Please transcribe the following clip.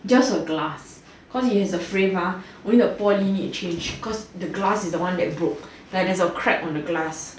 just a glass cause he has a frame mah only the 玻璃 need change cause glass is the one that broke like there is a crack on the glass